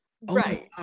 Right